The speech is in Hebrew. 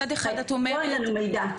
אבל מצד אחד את אומרת שאין לכם מידע.